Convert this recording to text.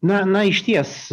na na išties